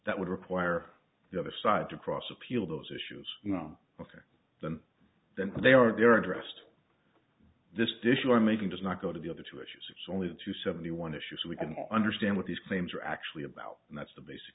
that would require the other side to cross appeal those issues you know ok them then they are they are addressed this dish you are making does not go to the other two issues it's only two seventy one issues we can all understand what these claims are actually about and that's the basic